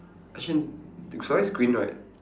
actually the stories is green right